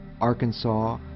Arkansas